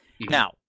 Now